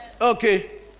Okay